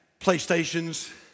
playstations